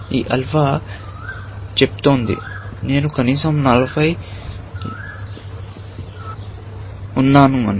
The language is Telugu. ఈ ఆల్ఫా చెప్తోంది న విలువ కనీసం 40 ఉంది